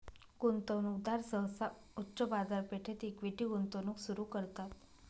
गुंतवणूकदार सहसा उच्च बाजारपेठेत इक्विटी गुंतवणूक सुरू करतात